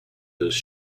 those